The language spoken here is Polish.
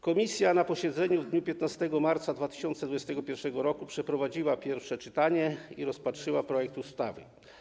Komisja na posiedzeniu w dniu 15 marca 2021 r. przeprowadziła pierwsze czytanie i rozpatrzyła projekt ustawy.